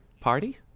party